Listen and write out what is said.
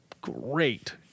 great